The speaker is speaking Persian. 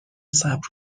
صبر